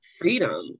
freedom